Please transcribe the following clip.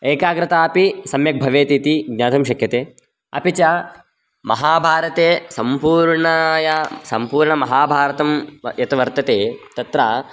एकाग्रतापि सम्यक् भवेतिति ज्ञातुं शक्यते अपि च महाभारते सम्पूर्णतया सम्पूर्णमहाभारतं यत् वर्तते तत्र